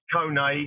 Kone